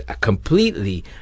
completely